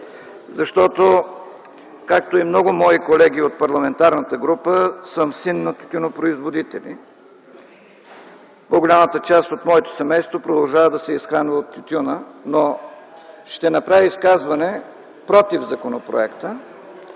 защото, както и много мои колеги от парламентарната група, съм син на тютюнопроизводители. По-голямата част от моето семейство продължава да се изхранва от тютюна, но ще направя изказване против законопроекта,